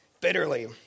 bitterly